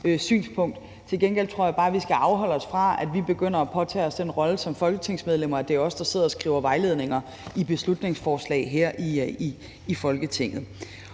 synspunkt. Til gengæld tror jeg bare, at vi skal afholde os fra, at vi begynder at påtage os den rolle som folketingsmedlemmer, at det er os, der sidder og skriver vejledninger i beslutningsforslag her i Folketinget.